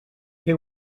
què